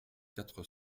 quatre